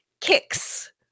kicks